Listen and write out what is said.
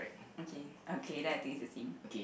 okay okay then I think it's the same